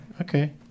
okay